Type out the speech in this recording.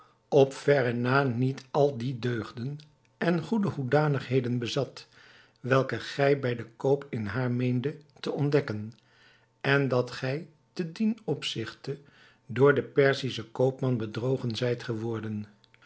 op verre na niet al die deugden en goede hoedanigheden bezat welke gij bij den koop in haar meendet te ontdekken en dat gij te dien opzigte door den perzischen koopman bedrogen zijt geworden